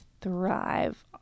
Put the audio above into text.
thrive